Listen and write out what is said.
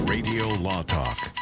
RadioLawTalk